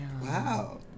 Wow